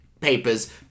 papers